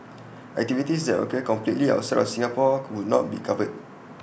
activities that occur completely outside of Singapore would not be covered